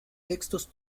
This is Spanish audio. textos